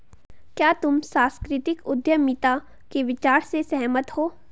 क्या तुम सांस्कृतिक उद्यमिता के विचार से सहमत हो?